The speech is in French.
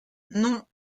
non